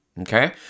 okay